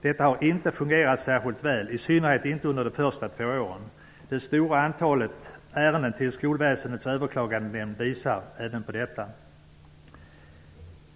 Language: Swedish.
Detta har inte fungerat särskilt väl, i synnerhet inte under de första två åren. Det stora antalet ärenden till Skolväsendets överklagandenämnd visar även på detta.